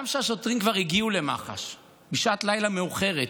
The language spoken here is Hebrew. גם כשהשוטרים כבר הגיעו למח"ש בשעת לילה מאוחרת,